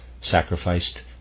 sacrificed